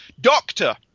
Doctor